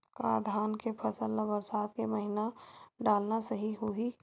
का धान के फसल ल बरसात के महिना डालना सही होही?